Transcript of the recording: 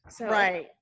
Right